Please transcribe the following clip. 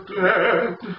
dead